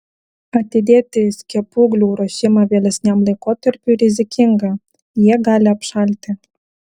atidėti skiepūglių ruošimą vėlesniam laikotarpiui rizikinga jie gali apšalti